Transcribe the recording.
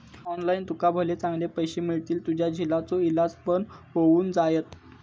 online तुका भले चांगले पैशे मिळतील, तुझ्या झिलाचो इलाज पण होऊन जायत